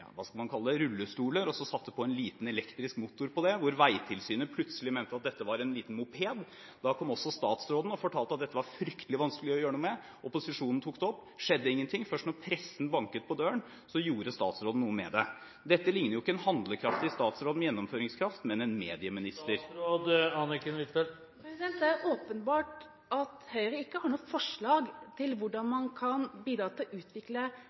kalle det – rullestoler, med en liten elektrisk motor. Vegtilsynet mente da plutselig at dette var en liten moped. Da kom også statsråden og fortalte at dette var fryktelig vanskelig å gjøre noe med. Opposisjonen tok det opp, det skjedde ingenting. Først da pressen banket på døren, gjorde statsråden noe med det. Dette likner jo ikke en handlekraftig statsråd med gjennomføringskraft, men en medieminister. Det er åpenbart at Høyre ikke har noe forslag til hvordan man kan bidra til å utvikle